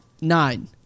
nine